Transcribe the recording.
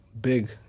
big